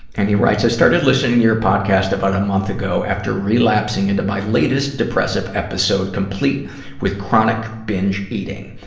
and he writes, i started listening to your podcast about a month ago after relapsing into my latest depressive episode, complete with chronic binge eating.